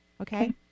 Okay